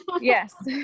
Yes